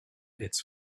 its